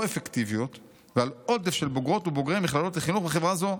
אפקטיביות ועל עודף של בוגרות ובוגרי המכללות לחינוך בחברה זו.